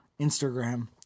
Instagram